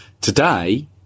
today